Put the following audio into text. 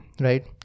right